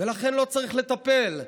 ולכן לא צריך לטפל.